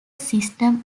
system